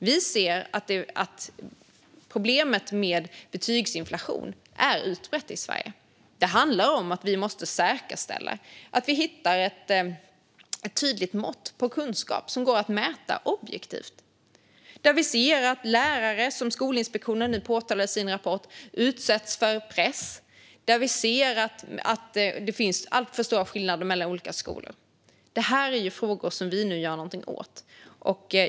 Vi ser att problemet med betygsinflation är utbrett i Sverige. Det handlar om att säkerställa att man hittar ett tydligt, objektivt mått på kunskap. Skolinspektionen påtalade i sin rapport att lärare utsätts för press. Vi ser också att det är alltför stora skillnader mellan olika skolor. Det är frågor som vi nu gör någonting åt.